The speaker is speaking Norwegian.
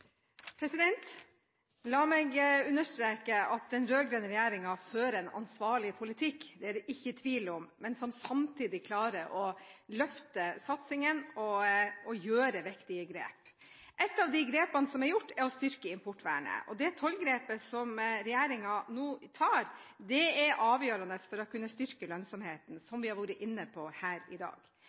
La meg understreke at den rød-grønne regjeringen fører en ansvarlig politikk – det er det ikke tvil om – men klarer samtidig å løfte satsingen og gjøre viktige grep. Et av de grepene som er gjort, er å styrke importvernet. Det tollgrepet som regjeringen nå tar, er avgjørende for å kunne styrke lønnsomheten – som vi har vært inne på her i dag.